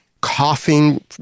coughing